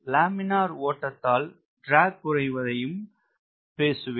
laminar ஓட்டத்தால் drag குறைவதையும் பேசுவேன்